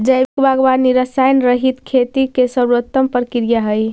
जैविक बागवानी रसायनरहित खेती के सर्वोत्तम प्रक्रिया हइ